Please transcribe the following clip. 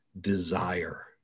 desire